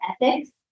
ethics